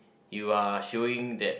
you are showing that